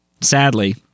sadly